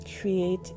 create